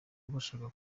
barashaka